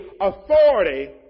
authority